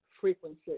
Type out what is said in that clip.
frequency